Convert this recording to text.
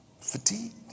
Fatigued